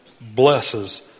blesses